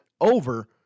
over